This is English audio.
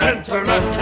Internet